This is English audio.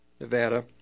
Nevada